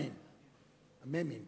המ"מים.